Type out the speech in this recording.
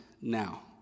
now